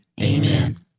Amen